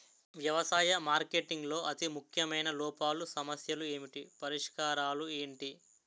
వ్యవసాయ మార్కెటింగ్ లో అతి ముఖ్యమైన లోపాలు సమస్యలు ఏమిటి పరిష్కారాలు ఏంటి?